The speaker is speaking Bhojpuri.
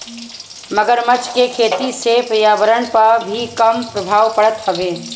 मगरमच्छ के खेती से पर्यावरण पअ भी कम प्रभाव पड़त हवे